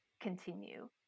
continue